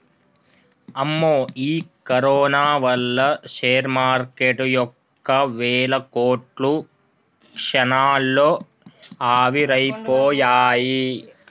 అమ్మో ఈ కరోనా వల్ల షేర్ మార్కెటు యొక్క వేల కోట్లు క్షణాల్లో ఆవిరైపోయాయి